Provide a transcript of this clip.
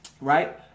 right